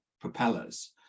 propellers